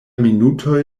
minutoj